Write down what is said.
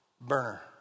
Burner